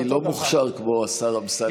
אני לא מוכשר כמו השר אמסלם,